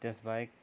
त्यस बाहेक